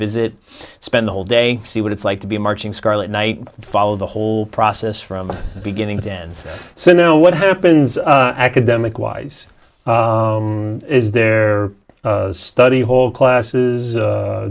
visit spend the whole day see what it's like to be a marching scarlet knight follow the whole process from beginning to end so now what happens academic wise is their study hall classes